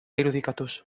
irudikatuz